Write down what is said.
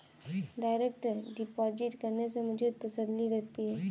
direct deposit करने से मुझे तसल्ली रहती है